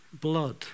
blood